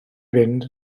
fynd